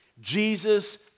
Jesus